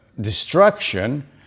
destruction